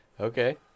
Okay